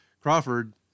Crawford